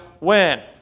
win